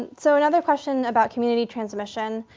and so another question about community transmission.